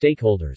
stakeholders